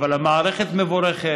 אבל המערכת מבורכת,